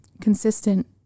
consistent